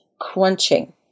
crunching